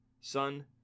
Son